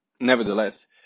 nevertheless